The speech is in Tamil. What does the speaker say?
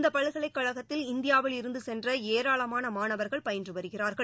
இந்தபல்கலைக்கழகத்தில் இந்தியாவில் இருந்துசென்றஏராளமானமாணவர்கள் பயின்றுவருகிறார்கள்